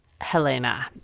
Helena